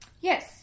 Yes